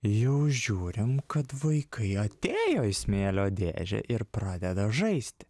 jau žiūrim kad vaikai atėjo į smėlio dėžę ir pradeda žaisti